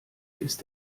ist